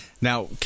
Now